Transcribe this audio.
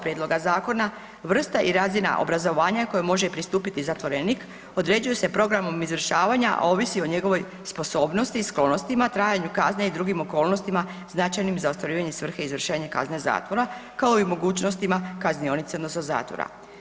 Prijedloga zakona vrsta i razina obrazovanja kojoj može pristupiti zatvorenik određuje se programom izvršavanja, a ovisi o njegovoj sposobnosti i sklonostima, trajanju kazne i drugim okolnostima značajnim za ostvarivanje svrhe izvršenja kazne zatvora kao i mogućnostima kaznionice odnosno zatvora.